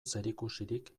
zerikusirik